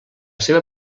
seva